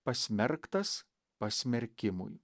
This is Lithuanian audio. pasmerktas pasmerkimui